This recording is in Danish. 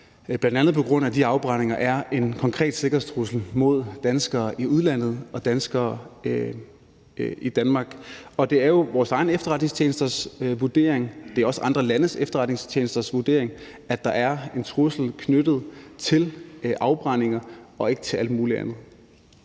bl.a. på grund af de afbrændinger er en konkret sikkerhedstrussel mod danskere i udlandet og danskere i Danmark. Det er jo vores egne efterretningstjenesters vurdering, og det er andre landes efterretningstjenesters vurdering, at der er en trussel knyttet til afbrændinger og ikke til alt muligt andet.